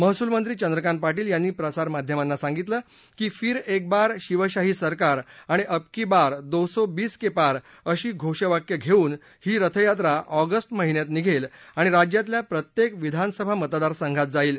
महसूलमंत्री चंद्रकांत पाटील यांनी प्रसारमाध्यमांना सांगितलं की फिर एक बार शिवशाही सरकार आणि अबकी बार दो सौ बीस के पार अशी घोषवाक्य घेऊन ही रथयात्रा ऑगस्ट महिन्यात निघेल आणि राज्यातल्या प्रत्येक विधानसभा मतदारसंघात जाईल